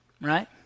Right